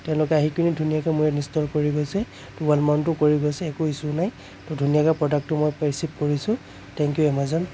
তেওঁলোক আহি কিনি ধুনীয়াকে মোৰ ইয়াত ইনষ্টল কৰি গৈছে টু ৱাল মাউণ্টো কৰি গৈছে একো ইছ্যু নাই ধুনীয়াকৈ প্ৰডাক্টটো মই ৰিচিভ কৰিছোঁ থেংকিউ এমাজন